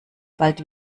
bald